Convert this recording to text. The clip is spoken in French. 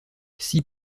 six